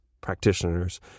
practitioners